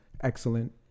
excellent